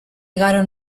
igaro